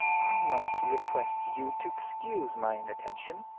i must request you to excuse my inattention,